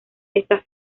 esa